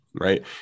right